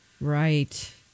Right